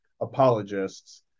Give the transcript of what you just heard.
apologists